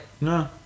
No